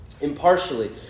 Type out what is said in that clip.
Impartially